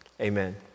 Amen